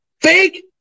Fake